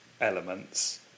elements